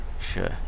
sure